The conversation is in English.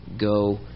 go